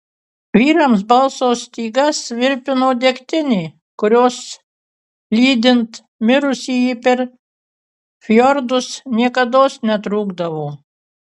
vyrams balso stygas virpino degtinė kurios lydint mirusįjį per fjordus niekados netrūkdavo